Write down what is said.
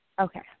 Okay